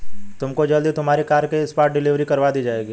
तुमको जल्द ही तुम्हारी कार की स्पॉट डिलीवरी करवा दी जाएगी